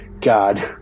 God